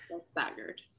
staggered